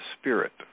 spirit